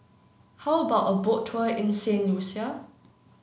how about a boat tour in Saint Lucia